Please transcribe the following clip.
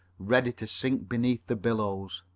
ready to sink beneath the billows.